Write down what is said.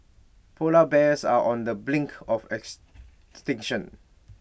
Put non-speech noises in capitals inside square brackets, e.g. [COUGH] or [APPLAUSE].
Polar Bears are on the brink of ex [UNINTELLIGIBLE]